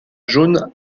jaune